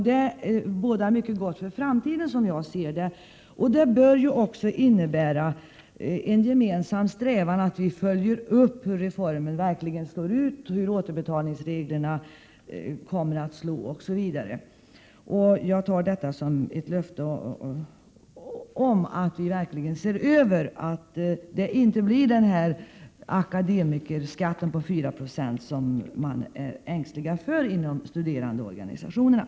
Det bådar mycket gott för framtiden, som jag ser det. Det bör också innebära en gemensam strävan att följa upp reformen, kontrollera hur återbetalningsreglerna slår, osv. Jag tar detta som ett löfte om att vi verkligen skall se till att det inte blir en akademikerskatt på 4 26, som man är ängslig för inom studerandeorganisationerna.